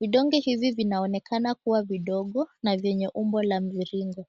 Vidonge hivi vinaoenekana kua vidogo na vyenye umbo la mviringo.